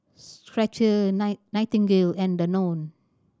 Skecher Night Nightingale and Danone